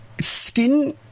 skin